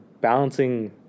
balancing